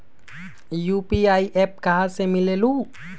UPI app कहा से मिलेलु?